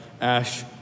Ash